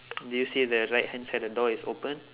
did you see the right hand side the door is open